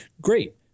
great